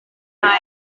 night